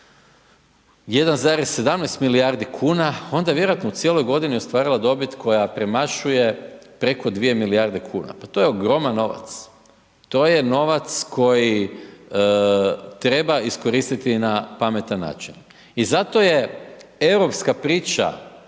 1,17 milijardi kuna, onda je vjerojatno u cijeloj godini ostvarila dobit koja premašuje preko 2 milijardi kuna. Pa to je ogroman novac. To je novac, koji treba iskoristiti na pametan način. I zato je europska priča